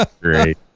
Great